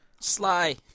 Sly